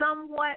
Somewhat